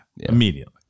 immediately